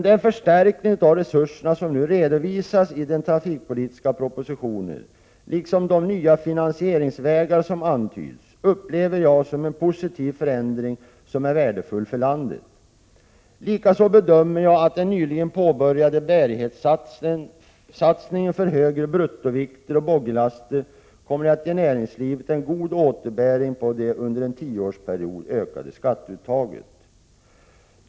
Den förstärkning av resurserna som redovisas i den trafikpolitiska propositionen liksom de nya finansieringsvägar som antyds upplever jag som en positiv förändring som är värdefull för landet. Likaså bedömer jag att den nyligen påbörjade bärighetssatsningen för högre bruttovikter och boggilaster kommer att ge näringslivet en god återbäring på det under en tioårsperiod ökade skatteuttaget.